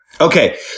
Okay